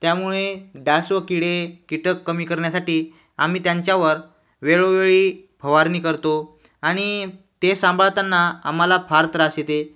त्यामुळे डास व किडे कीटक कमी करण्यासाठी आम्ही त्यांच्यावर वेळोवेळी फवारणी करतो आणि ते सांभाळताना आम्हाला फार त्रास येते